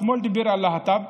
השמאל דיבר על להט"ב,